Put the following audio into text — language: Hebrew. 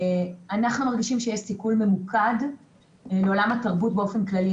אנחנו מרגישים שיש סיכול ממוקד לעולם התרבות באופן כללי.